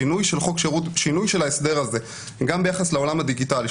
שינוי של ההסדר הזה גם ביחס לעולם הדיגיטלי,